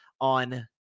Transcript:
on